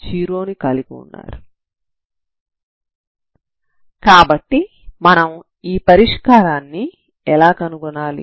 కాబట్టి మనం ఈ పరిష్కారాన్ని ఎలా కనుగొనాలి